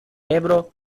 ebro